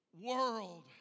world